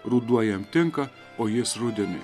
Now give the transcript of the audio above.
ruduo jam tinka o jis rudenį